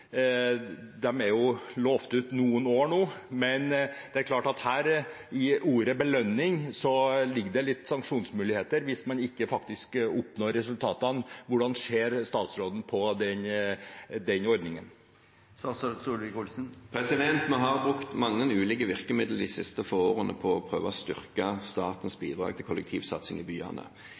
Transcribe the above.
er jo lovt ut noen år nå, men det er klart at det i ordet belønning ligger sanksjonsmuligheter hvis man ikke faktisk oppnår resultatene. Hvordan ser statsråden på den ordningen? Vi har brukt mange ulike virkemidler de siste få årene for å prøve å styrke statens bidrag til kollektivsatsingen i byene.